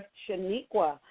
Shaniqua